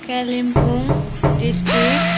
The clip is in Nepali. कालिम्पोङ डिस्ट्रिक्ट